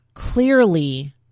Clearly